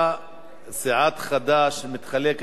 סיעת חד"ש מתחלקת בזכות הדיבור.